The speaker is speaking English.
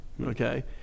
Okay